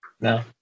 No